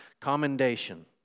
Commendation